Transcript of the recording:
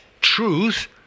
truth